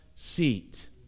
seat